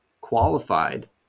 qualified